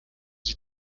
sie